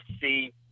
see